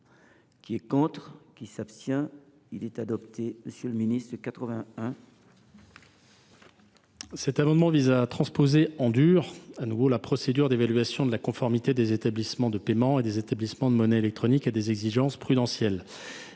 est ainsi libellé : La parole est à M. le ministre. Cet amendement vise à transposer en dur, de nouveau, la procédure d’évaluation de la conformité des établissements de paiement et des établissements de monnaie électronique à des exigences prudentielles.